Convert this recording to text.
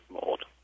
mold